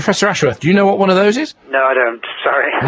professor ashworth, do you know what one of those is? no i don't, sorry.